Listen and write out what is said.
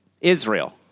Israel